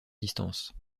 distance